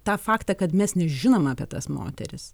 tą faktą kad mes nežinom apie tas moteris